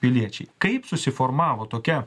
piliečiai kaip susiformavo tokia